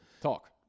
Talk